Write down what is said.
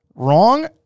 Wrong